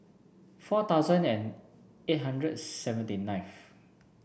four thousand and eight hundred seventy ninth